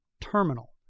terminal